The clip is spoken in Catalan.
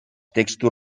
textos